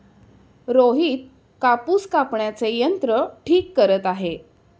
रोहित कापूस कापण्याचे यंत्र ठीक करत आहे